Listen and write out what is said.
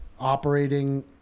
operating